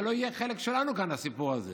זה לא יהיה חלק שלנו כאן, הסיפור הזה.